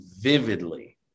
vividly